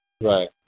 Right